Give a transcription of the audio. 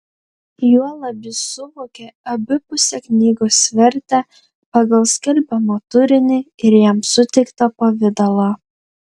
juolab jis suvokė abipusę knygos vertę pagal skelbiamą turinį ir jam suteiktą pavidalą